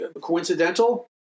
coincidental